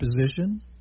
position